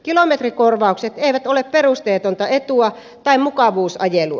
kilometrikorvaukset eivät ole perusteetonta etua tai mukavuusajelua